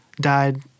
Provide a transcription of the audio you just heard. died